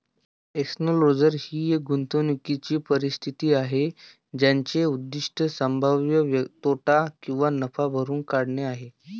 enclosure ही एक गुंतवणूकीची परिस्थिती आहे ज्याचे उद्दीष्ट संभाव्य तोटा किंवा नफा भरून काढणे आहे